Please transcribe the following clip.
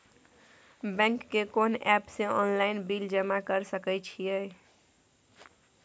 Bank के कोन app से ऑनलाइन बिल जमा कर सके छिए?